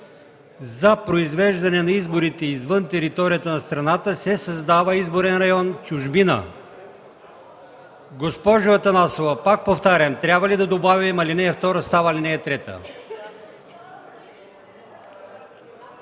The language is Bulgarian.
„За произвеждане на изборите извън територията на страната се създава изборен район в чужбина”. Госпожо Атанасова, пак повтарям, трябва ли да добавим „ал. 2 става ал. 3”?